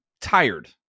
tired